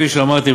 כפי שאמרתי,